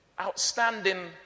outstanding